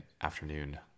afternoon